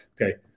Okay